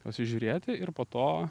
pasižiūrėti ir po to